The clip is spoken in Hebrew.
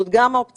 זאת גם אופציה.